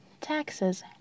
taxes